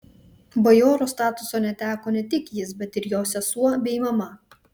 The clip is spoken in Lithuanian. bajoro statuso neteko ne tik jis bet ir jo sesuo bei mama